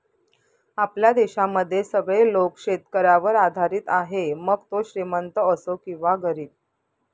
आपल्या देशामध्ये सगळे लोक शेतकऱ्यावर आधारित आहे, मग तो श्रीमंत असो किंवा गरीब